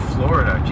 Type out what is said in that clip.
Florida